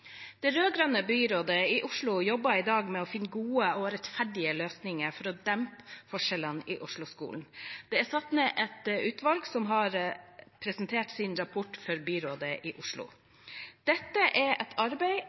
Det rød-grønne byrådet i Oslo jobber i dag med å finne gode og rettferdige løsninger for å dempe forskjellene i Oslo-skolen. Det er satt ned et utvalg som har presentert sin rapport for byrådet i Oslo. Er dette et arbeid